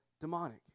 demonic